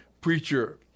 preacher